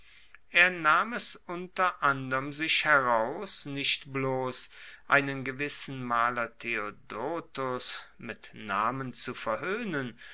er nahm es unter anderm sich heraus nicht bloss einen gewissen maler theodotos mit namen zu verhoehnen